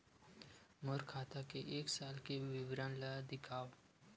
मोर खाता के एक साल के विवरण ल दिखाव?